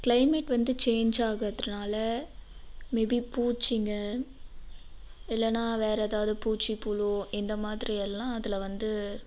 climate வந்து change ஆகிறதுனால maybe பூச்சிங்கள் இல்லைன்னா வேறு ஏதாவது பூச்சி புழு இந்த மாதிரி எல்லாம் அதில் வந்து